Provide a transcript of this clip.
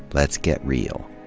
let's get real.